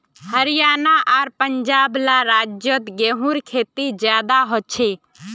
हरयाणा आर पंजाब ला राज्योत गेहूँर खेती ज्यादा होछे